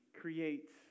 creates